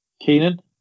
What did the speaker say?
Keenan